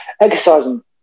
exercising